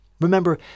Remember